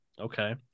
Okay